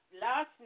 last